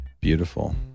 beautiful